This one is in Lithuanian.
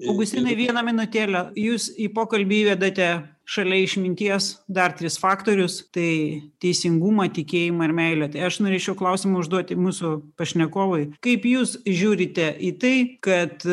augustinai vieną minutėlę jūs į pokalbį įvedate šalia išminties dar tris faktorius tai teisingumą tikėjimą ir meilę tai aš norėčiau klausimą užduoti mūsų pašnekovui kaip jūs žiūrite į tai kad